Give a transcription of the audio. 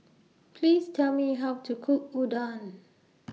Please Tell Me How to Cook Udon